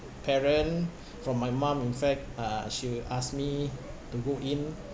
parent from my mum in fact uh she will ask me to go in